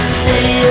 stay